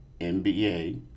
NBA